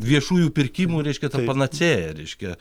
viešųjų pirkimų reiškia panacėja reiškia